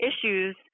issues